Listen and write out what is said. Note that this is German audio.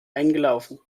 eingelaufen